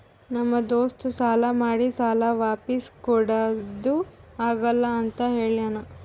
ನಮ್ ದೋಸ್ತ ಸಾಲಾ ಮಾಡಿ ಸಾಲಾ ವಾಪಿಸ್ ಕುಡಾದು ಆಗಲ್ಲ ಅಂತ ಹೇಳ್ಯಾನ್